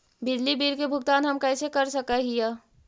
बिजली बिल के भुगतान हम कैसे कर सक हिय?